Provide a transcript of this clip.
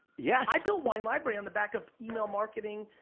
yeah i built wine library on the back of email marketing,